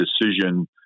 decision